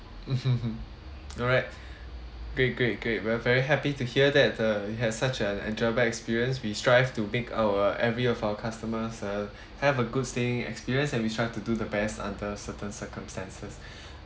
mm hmm hmm alright great great great we're very happy to hear that uh you have such an enjoyable experience we strive to make our every of our customers uh have a good staying experience and we try to do the best under certain circumstances